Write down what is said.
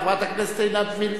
חברת הכנסת עינת וילף.